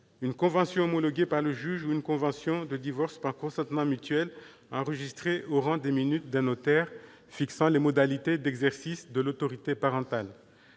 une convention homologuée par le juge ou une convention de divorce par consentement mutuel enregistrée au rang des minutes d'un notaire, fixant les modalités d'exercice de l'autorité parentale.